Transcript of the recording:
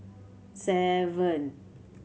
seven